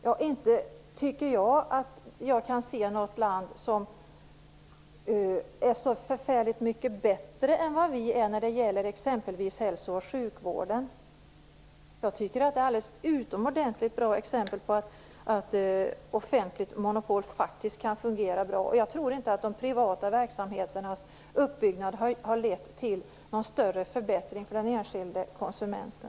Ja, inte tycker jag att jag kan se något land som är så förfärligt mycket bättre än Sverige när det gäller exempelvis hälso och sjukvården. Jag tycker att det är ett alldeles utomordentligt bra exempel på att offentligt monopol faktiskt kan fungera bra. Jag tror inte att de privata verksamheternas uppbyggnad har lett till någon större förbättring för den enskilde konsumenten.